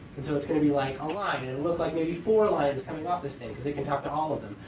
and so it's going to be like um line. and it will look like maybe four lines coming off this thing, because it can talk to all of them.